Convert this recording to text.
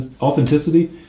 authenticity